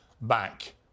back